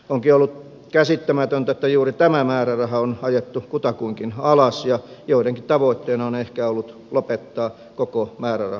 onkin ollut käsittämätöntä että juuri tämä määräraha on ajettu kutakuinkin alas ja joidenkin tavoitteena on ehkä ollut lopettaa koko määräraha kokonaan